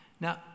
Now